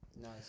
Nice